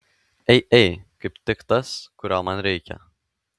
ei ei kaip tik tas kurio man reikia